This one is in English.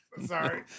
Sorry